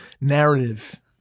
narrative